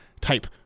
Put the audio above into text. type